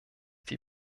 die